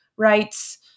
Rights